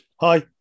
Hi